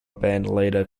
bandleader